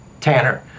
Tanner